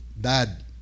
Dad